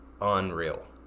unreal